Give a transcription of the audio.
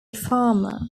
farmer